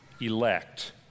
elect